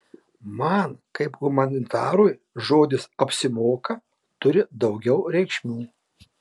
man kaip humanitarui žodis apsimoka turi daugiau reikšmių